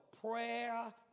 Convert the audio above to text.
prayer